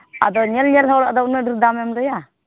ᱟᱫᱚ ᱧᱮᱞ ᱧᱮᱞ ᱦᱚᱲᱟᱜ ᱟᱫ ᱩᱱᱟᱹᱜ ᱰᱷᱮᱨ ᱫᱟᱢ ᱮᱢ ᱞᱟᱹᱭᱟ